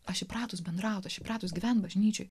aš įpratus bendrauti įpratus gyventi bažnyčioje